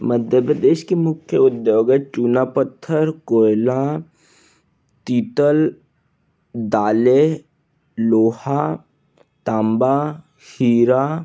मध्य प्रदेश के मुख्य उद्योग है चूना पत्थर काेयला पीतल दालें लोहा तांबा हीरा